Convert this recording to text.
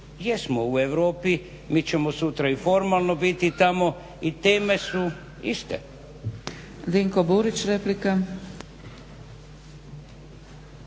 jesmo u Europi, mi ćemo sutra i formalno biti tamo i teme su iste.